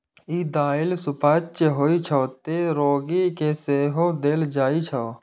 ई दालि सुपाच्य होइ छै, तें रोगी कें सेहो देल जाइ छै